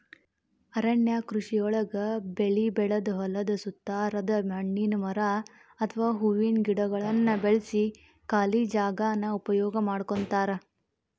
ಅರಣ್ಯ ಕೃಷಿಯೊಳಗ ಬೆಳಿ ಬೆಳದ ಹೊಲದ ಸುತ್ತಾರದ ಹಣ್ಣಿನ ಮರ ಅತ್ವಾ ಹೂವಿನ ಗಿಡಗಳನ್ನ ಬೆಳ್ಸಿ ಖಾಲಿ ಜಾಗಾನ ಉಪಯೋಗ ಮಾಡ್ಕೋತಾರ